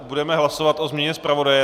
Budeme hlasovat o změně zpravodaje.